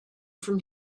from